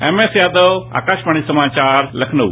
M S Yadav Akashvani समाचार लखनऊ